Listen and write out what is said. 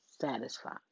satisfied